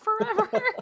forever